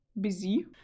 busy